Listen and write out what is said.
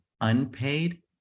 unpaid